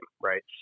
right